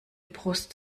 brust